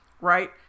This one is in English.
right